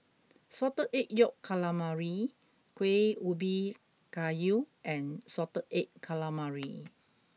salted egg yolk calamari kueh ubi kayu and salted egg calamari